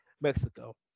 Mexico